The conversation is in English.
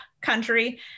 country